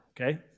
okay